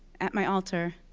at my altar,